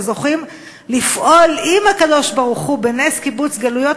וזוכים לפעול עם הקדוש-ברוך-הוא בנס קיבוץ גלויות.